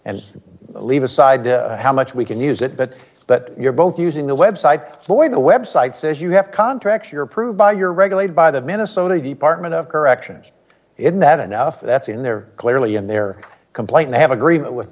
and leave aside how much we can use that but you're both using the website for the website says you have contracts your prove by your regulated by the minnesota department of corrections in that enough that's in there clearly in their complaint they have agreement with